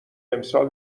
امسال